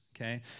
okay